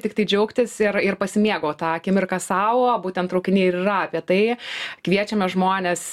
tiktai džiaugtis ir ir pasimėgaut ta akimirka sau būtent traukiniai ir yra apie tai kviečiame žmones